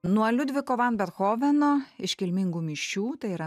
nuo liudviko van bethoveno iškilmingų mišių tai yra